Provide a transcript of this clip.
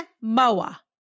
Moa